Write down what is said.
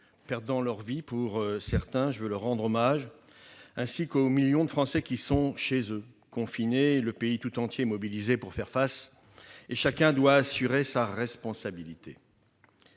perdant leur vie pour certains- je veux leur rendre hommage -, ainsi qu'aux millions de Français qui sont chez eux, confinés. Le pays tout entier est mobilisé pour faire face, et chacun doit assumer sa responsabilité.